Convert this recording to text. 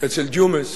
אצל ג'ומס